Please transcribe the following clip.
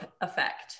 effect